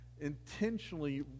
intentionally